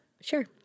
sure